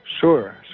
Sure